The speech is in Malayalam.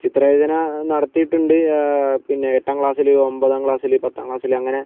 ചിത്ര രചന നടത്തീട്ടണ്ട് പിന്നെ എട്ടാം ക്ലാസ്സിൽ ഒമ്പതാം ക്ലാസ്സിൽ പത്താം ക്ലാസ്സിൽ അങ്ങനെ